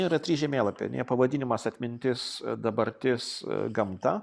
yra trys žemėlapiai pavadinimas atmintis dabartis gamta